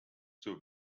zur